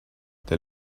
they